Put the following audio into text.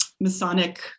Masonic